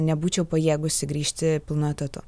nebūčiau pajėgusi grįžti pilnu etatu